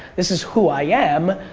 this is who i am.